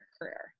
career